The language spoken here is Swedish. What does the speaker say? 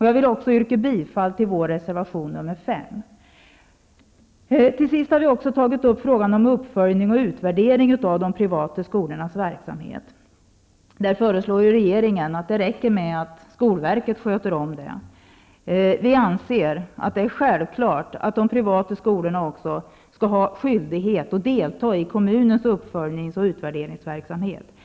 Jag vill också yrka bifall till vår reservation nr 5 Till sist har vi också tagit upp frågan om uppföljning och utvärdering av de privata skolornas verksamhet. Där föreslår regeringen att det räcker med att skolverket sköter om det. Vi anser självfallet att de privata skolorna också skall ha skyldighet att delta i kommunens uppföljnings och utvärderingsverksamhet.